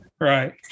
Right